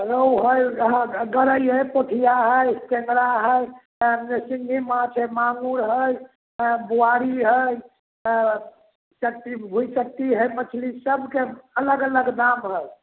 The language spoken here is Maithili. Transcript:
रेहू हइ गरै हइ पाेठिआ हइ टेङ्गरा हइ कारण जे सिङ्गही माँछ हइ माङ्गुर हइ एँ बुआरी हइ आएँ चेचरी भुँइचट्टी हइ मछली सबके अलग अलग दाम हइ